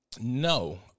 No